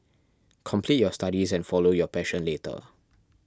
complete your studies and follow your passion later